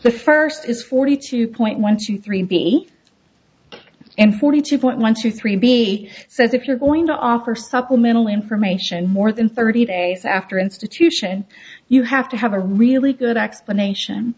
the first is forty two point one two three maybe and forty two point one two three b says if you're going to offer supplemental information more than thirty days after institution you have to have a really good explanation